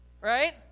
Right